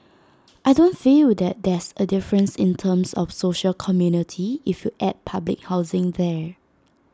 I don't feel that there's A difference in terms of social community if you add public housing there